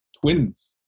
twins